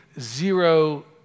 zero